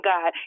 God